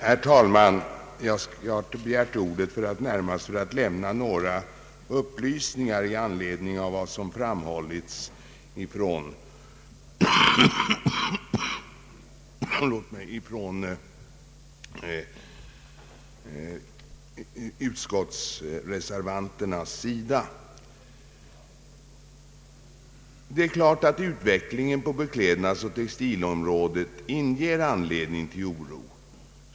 Herr talman! Jag har begärt ordet närmast för att lämna några upplysningar i anledning av vad som framhållits från utskottsreservanternas sida. Det är klart att utvecklingen på beklädnadsoch textilområdet ger anledning till oro.